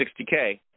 $60K